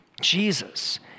Jesus